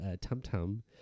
tum-tum